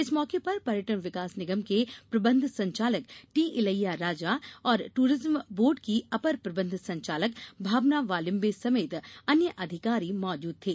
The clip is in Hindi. इस मौके पर पर्यटन विकास निगम के प्रबंध संचालक टी इलैया राजा और टूरिज्म बोर्ड की अपर प्रबंध संचालक भावना वालिम्बे समेत अन्य अधिकारी मौजूद थे